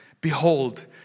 behold